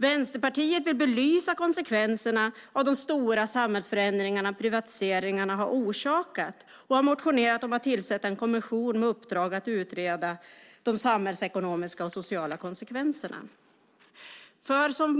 Vänsterpartiet vill belysa konsekvenserna av de stora samhällsförändringar som privatiseringarna har orsakat och har motionerat om att tillsätta en kommission med uppdrag att utreda de samhällsekonomiska och sociala konsekvenserna.